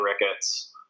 Ricketts